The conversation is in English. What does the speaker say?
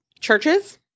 Churches